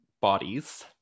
bodies